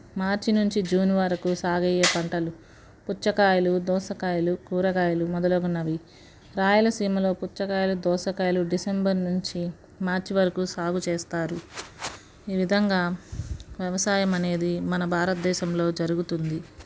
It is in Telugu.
మార్చి నుంచి జూన్ వరకు సాగయ్య పంటలు పుచ్చకాయలు దోసకాయలు కూరగాయలు మొదలగునవి రాయలసీమలో పుచ్చకాయలు దోసకాయలు డిసెంబర్ నుంచి మార్చి వరకు సాగు చేస్తారు ఈ విధంగా వ్యవసాయం అనేది మన భారత దేశంలో జరుగుతుంది